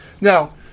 now